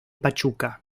pachuca